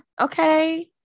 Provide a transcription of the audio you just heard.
okay